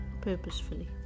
purposefully